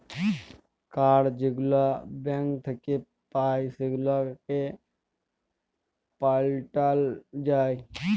card যেগুলা bank থ্যাইকে পাই সেগুলাকে পাল্টাল যায়